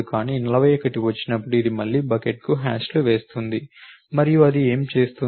కానీ 41 వచ్చినప్పుడు అది మళ్లీ బకెట్1కి హ్యాష్ చేస్తుంది మరియు అది ఏమి చేస్తుంది